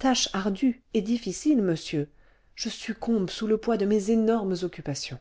tâche ardue et difficile monsieur je succombe sous le poids de mes énormes occupations